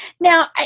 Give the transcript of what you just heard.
now